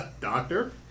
Doctor